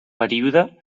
període